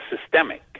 systemic